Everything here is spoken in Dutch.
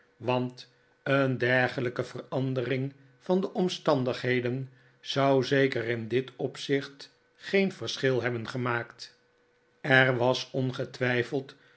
want een dergelijke verandering van de omstandigheden zou zeker in dit opzicht geen verschil hebben gemaakt er was ongetwijfeld